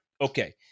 Okay